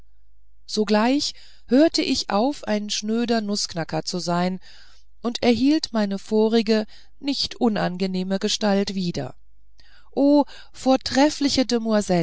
sogleich hörte ich auf ein schnöder nußknacker zu sein und erhielt meine vorige nicht unangenehme gestalt wieder o vortreffliche